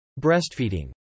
Breastfeeding